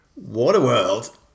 Waterworld